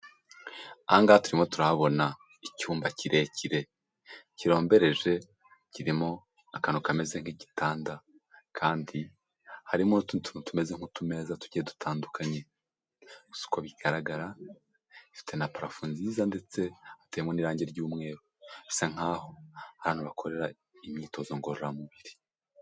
Ahangaha turimo turahabona icyumba kirekire, kirombereje, kirimo akantu kameze nk'igitanda, kandi harimo n'utundi tuntu tumeze nk'utumeza tudiye dutandukanye, gusa uko bigaragara ifite na parafo nziza ndetse hatewe n'irangi ry'umweru, bisa nk'aho ari ahantu bakorera imyitozo ngororamubiri.